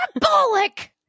Bullock